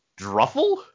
Druffle